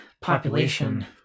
population